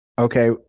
Okay